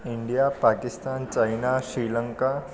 India Pakistan China Sri Lanka